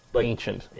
Ancient